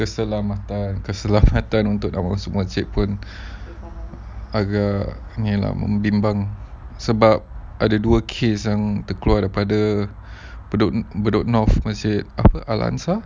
keselamatan keselamatan untuk nak masuk masjid pun agak ni lah membimbang sebab ada dua kes yang terkeluar daripada bedok bedok north ke alliance